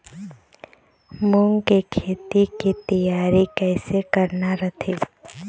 मूंग के खेती के तियारी कइसे करना रथे?